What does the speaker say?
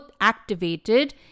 activated